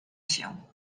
się